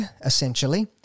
essentially